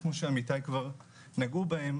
כמו שעמיתי כבר נגעו בהם,